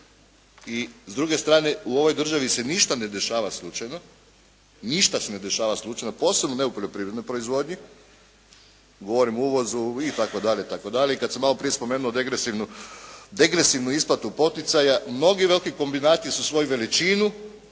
i s druge strane u ovoj državi se ništa ne dešava slučajno, posebno ne u poljoprivrednoj proizvodnji, govorim o uvozu itd. i kada sam malo prije spomenuo degresivnu isplatu poticaja, mnogi veliki kombinati su svoju veličinu